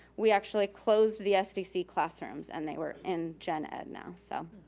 we actually closed the sdc classrooms and they were in gen ed now, so.